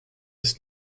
ist